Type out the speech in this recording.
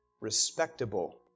respectable